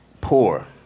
poor